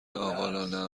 عاقلانهام